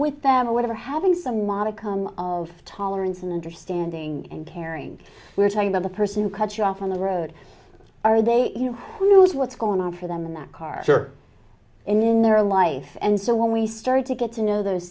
with them or whatever having some modicum of tolerance and understanding and caring we're talking about the person who cut you off on the road are they you know who knows what's going on for them in that car in their life and so when we started to get to know those